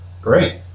Great